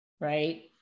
right